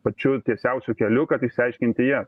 pačiu tiesiausiu keliu kad išsiaiškinti jas